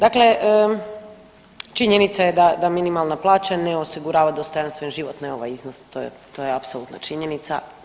Dakle, činjenica je da, da minimalna plaća ne osigurava dostojanstven život na ovaj iznos, to je, to je apsolutno činjenica.